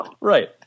Right